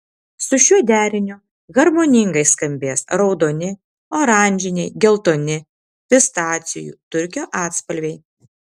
su šiuo deriniu harmoningai skambės raudoni oranžiniai geltoni pistacijų turkio atspalviai